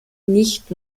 nicht